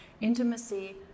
Intimacy